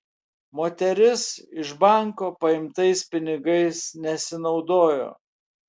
moteris iš banko paimtais pinigais nesinaudojo